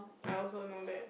I also know that